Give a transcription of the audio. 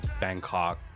Bangkok